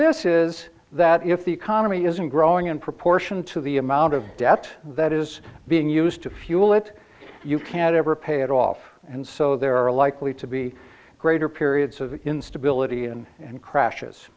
this is that if the economy isn't growing in proportion to the amount of debt that is being used to fuel it you can't ever pay it off and so there are likely to be greater periods of instability and in crashes